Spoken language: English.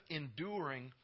enduring